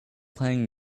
playing